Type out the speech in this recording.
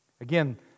Again